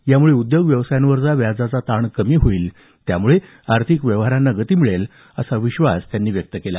यामुळे उद्योग व्यवसायांवरचा व्याजाचा ताण कमी होईल त्यामुळे आर्थिक व्यवहारांना गती मिळेल असा विश्वास त्यांनी व्यक्त केला